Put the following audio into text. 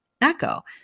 echo